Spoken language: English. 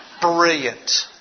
brilliant